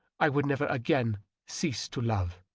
i would never again cease to love.